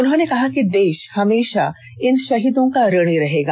उन्होंने कहा कि देश हमेशा इन शहीदों का ऋणी रहेगा